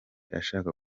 ashaka